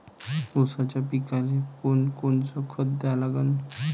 ऊसाच्या पिकाले कोनकोनचं खत द्या लागन?